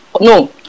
No